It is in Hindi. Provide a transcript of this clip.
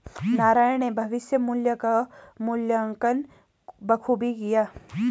नारायण ने भविष्य मुल्य का मूल्यांकन बखूबी किया